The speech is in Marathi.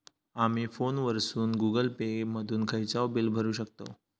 आमी फोनवरसून गुगल पे मधून खयचाव बिल भरुक शकतव